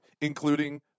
including